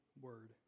word